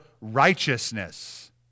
righteousness